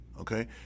okay